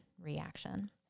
reaction